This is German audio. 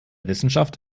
wissenschaft